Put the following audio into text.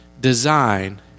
design